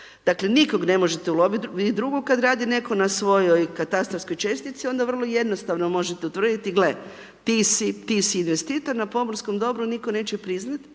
Dakle, nikoga ne možete uloviti…/Govornik se ne razumije/…kad radi netko na svojoj katarskoj čestici, onda vrlo jednostavno možete utvrditi, gle, ti si investitor, na pomorskom dobru nitko neće priznati